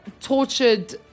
tortured